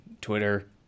Twitter